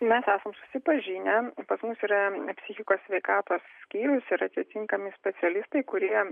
mes esam susipažinę pas mus yra psichikos sveikatos skyrius ir atitinkami specialistai kurie